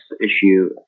issue